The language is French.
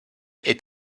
est